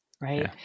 right